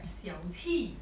小气